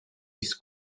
his